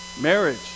marriage